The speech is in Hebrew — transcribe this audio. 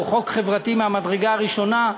הוא חוק חברתי מהמדרגה הראשונה.